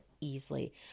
easily